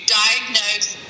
diagnose